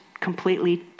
completely